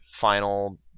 final